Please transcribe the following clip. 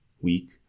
week